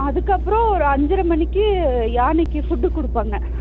அதுக்கு அப்புறோம் ஒரு அஞ்சரை மணிக்கு யானைக்கு ஃபுட்டு கொடுப்பாங்க